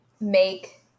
make